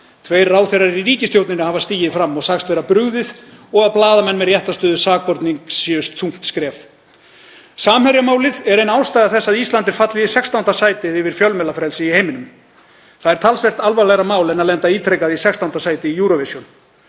Tveir ráðherrar í ríkisstjórninni hafa stigið fram og sagst vera brugðið og þungt skref að blaðamenn séu með réttarstöðu sakbornings. Samherjamálið er ein ástæða þess að Ísland er fallið í 16. sæti yfir fjölmiðlafrelsi í heiminum. Það er talsvert alvarlegra mál en að lenda ítrekað í 16. sæti í Eurovision.